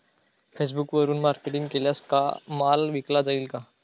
फेसबुकवरुन मार्केटिंग केल्यास माल विकला जाईल का?